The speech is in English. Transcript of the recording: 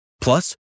Plus